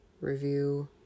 review